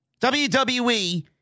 WWE